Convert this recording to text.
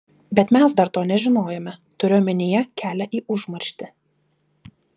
bet mes dar to nežinojome turiu omenyje kelią į užmarštį